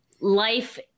life